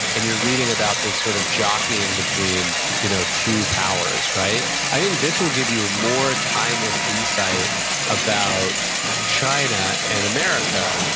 and you're reading about this sort of jockeying between you know two powers, i think this will give you more timeless insight about china and america,